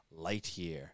Lightyear